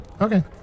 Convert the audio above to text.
Okay